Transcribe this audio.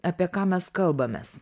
apie ką mes kalbamės